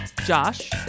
Josh